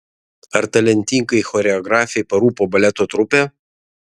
ar talentingai choreografei parūpo baleto trupė